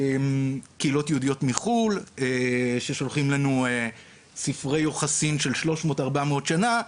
קהילות יהודיות מחו"ל ששולחות לנו ספרי יוחסין של 300-400 שנה,